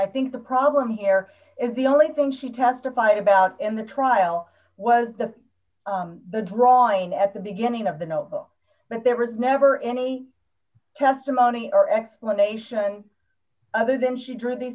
i think the problem here is the only thing she testified about in the trial was the the drawing at the beginning of the notebook but there was never any testimony or explanation other than she drew these